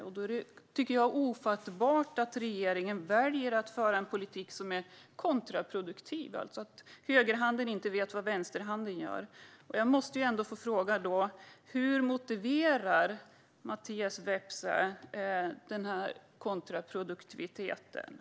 Därför är det ofattbart att regeringen väljer att föra en politik som är kontraproduktiv och där den högra handen inte vet vad den vänstra gör. Jag måste återigen fråga: Hur motiverar Mattias Vepsä denna kontraproduktiva politik?